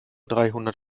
dreihundert